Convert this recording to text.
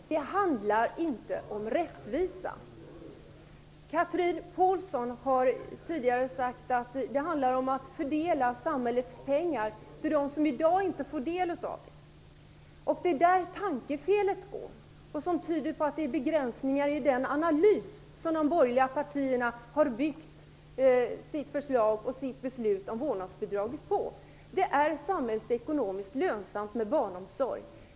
Fru talman! Det handlar inte om rättvisa! Chatrine Pålsson har tidigare sagt att det handlar om att fördela samhällets pengar till dem som i dag inte får del av pengarna. Det är där tankefelet finns. Det tyder på att det finns begränsningar i den analys som de borgerliga partierna har byggt sitt förslag och beslut om vårdnadsbidraget på. Det är samhällsekonomiskt lönsamt med barnomsorg.